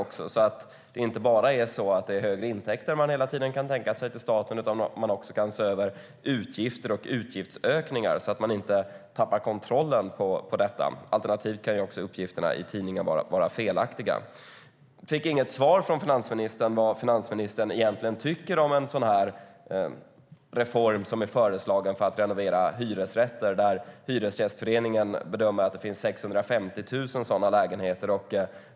Det är inte bara så att det är högre intäkter som den hela tiden kan tänka sig till staten utan den kan också se över utgifter och utgiftsökningar så att den inte tappar kontrollen över detta. Alternativt kan också uppgifterna i tidningen vara felaktiga. Jag fick inget svar från finansministern om vad finansministern egentligen tycker om en sådan reform som är föreslagen för att renovera hyresrätter. Hyresgästföreningen bedömer att det finns 650 000 sådana lägenheter.